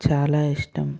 చాలా ఇష్టం